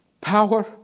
power